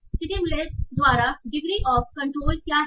सिटीमुलेस द्वारा degree of control क्या है